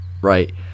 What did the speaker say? Right